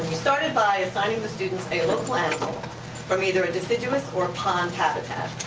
started by assigning the students a local animal from either a deciduous or pond habitat.